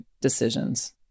decisions